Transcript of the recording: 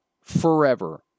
forever